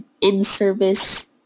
in-service